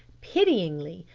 pityingly,